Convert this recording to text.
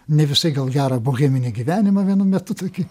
ne visai gal gerą boheminį gyvenimą vienu metu tokį